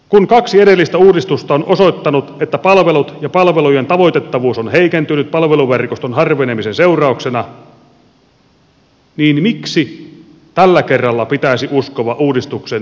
kun kaksi edellistä uudistusta on osoittanut että palvelut ja palvelujen tavoitettavuus ovat heikentyneet palveluverkoston harvenemisen seurauksena niin miksi tällä kerralla pitäisi uskoa uudistuksen ihmeelliseen voimaan